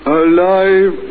alive